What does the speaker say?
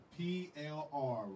PLR